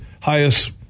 highest